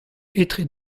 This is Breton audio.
etre